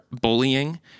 bullying